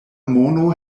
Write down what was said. mono